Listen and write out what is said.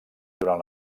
durant